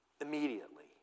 immediately